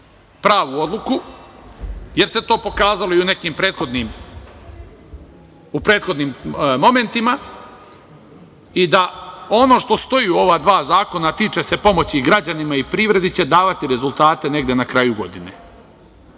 pravu odluku, jer se to pokazalo u nekim prethodnim momentima i da ono što stoji u ova dva zakona, a tiče se pomoći građanima i privredi će davati rezultate negde na kraju godine. Prema